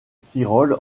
tyrol